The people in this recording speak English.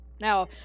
Now